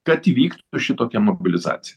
kad įvyktų šitokia mobilizacija